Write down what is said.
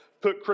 put